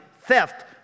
theft